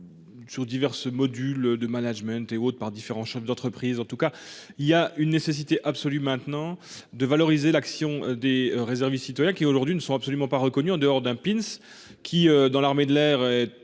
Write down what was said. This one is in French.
Sur diverses modules de management et autres par différents chefs d'entreprise, en tout cas il y a une nécessité absolue maintenant de valoriser l'action des réserves citoyens qui aujourd'hui ne sont absolument pas reconnus en dehors d'un pin's qui dans l'armée de l'air et